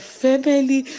family